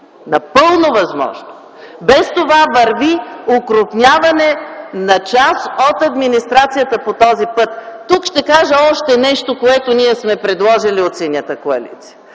Напълно възможно. Без това върви окрупняване на част от администрацията по този път. Тук ще кажа още нещо, което ние от Синята коалиция